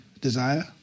desire